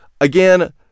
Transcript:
again